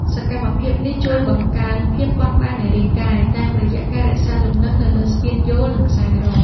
សកម្មភាពនេះជួយបង្កើនភាពបត់បែននៃរាងកាយ តាមរយៈការរក្សាលំនឹងនៅលើស្ពានយោល និងខ្សែរ៉ក។